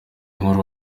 nkuru